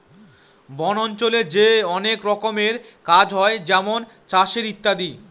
বন অঞ্চলে যে অনেক রকমের কাজ হয় যেমন চাষের ইত্যাদি